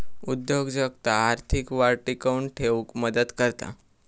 उद्योजकता आर्थिक वाढ टिकवून ठेउक मदत करता